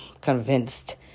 convinced